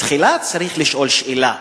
תחילה צריך לשאול שאלה.